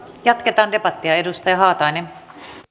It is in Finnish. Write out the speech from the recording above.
jatketaan debattia edustaja haatainen i